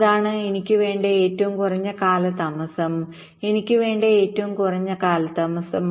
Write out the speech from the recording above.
അതാണ് എനിക്ക് വേണ്ട ഏറ്റവും കുറഞ്ഞ കാലതാമസം എനിക്ക് വേണ്ട ഏറ്റവും കുറഞ്ഞ കാലതാമസം